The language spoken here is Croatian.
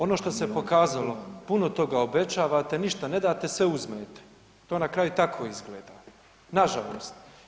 Ono što se pokazalo puno toga obećavate, ništa ne date, sve uzmete, to na kraju tako izgleda, nažalost.